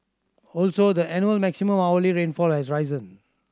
also the annual maximum hourly rainfall has risen